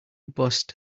bust